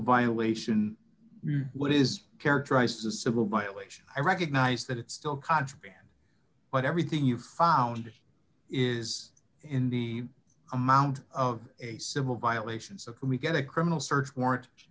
violation what is characterized as a civil violation i recognize that it's still contraband but everything you found is in the amount of a civil violations of we get a criminal search warrant